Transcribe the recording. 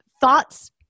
Thoughts